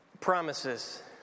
Promises